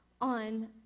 on